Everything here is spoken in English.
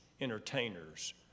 entertainers